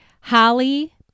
Holly